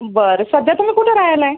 बरं सध्या तुम्ही कुठं रहायला आहे